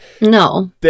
No